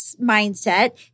mindset